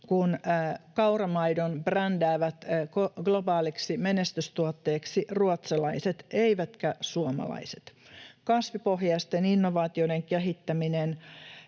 kun kauramaidon brändäävät globaaliksi menestystuotteeksi ruotsalaiset eivätkä suomalaiset. Kasvipohjaisten innovaatioiden kehittäminen